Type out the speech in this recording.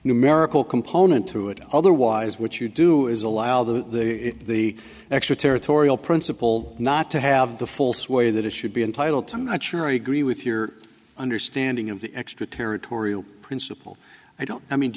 numerical component to it otherwise what you do is allow the the extraterritorial principle not to have the full sway that it should be entitled to not sure i agree with your understanding of the extraterritorial principle i don't i mean do